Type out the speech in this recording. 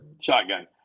Shotgun